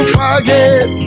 forget